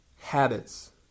habits